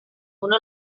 una